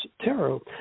tarot